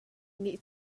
nih